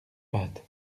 pâtes